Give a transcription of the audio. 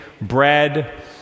bread